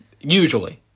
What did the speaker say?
Usually